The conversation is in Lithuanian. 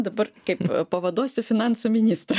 dabar kaip pavaduosiu finansų ministrą